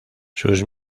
sus